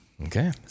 Okay